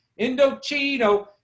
Indochino